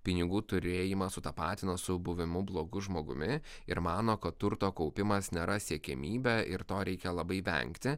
pinigų turėjimą sutapatino su buvimu blogu žmogumi ir mano kad turto kaupimas nėra siekiamybė ir to reikia labai vengti